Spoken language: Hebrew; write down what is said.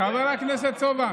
חבר הכנסת סובה.